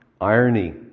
irony